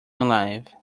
alive